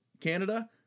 Canada